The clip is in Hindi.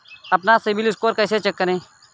अपना सिबिल स्कोर कैसे चेक करें?